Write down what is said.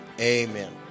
Amen